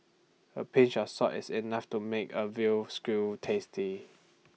A pinch of salt is enough to make A Veal Stew tasty